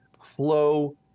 flow